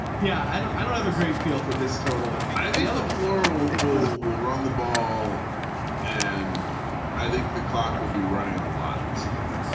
yeah. i don't i don't have a great feel for this total. the other floor will will will run the ball and i think the clock will be running a lot in this game.